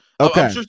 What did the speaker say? Okay